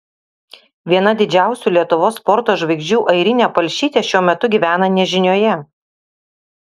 viena didžiausių lietuvos sporto žvaigždžių airinė palšytė šiuo metu gyvena nežinioje